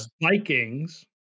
Vikings